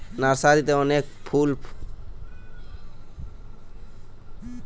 নার্সারিতে অনেক ফল ফুলের উদ্ভিদ পায়া যায় যাকে আমরা নার্সারি প্লান্ট বলি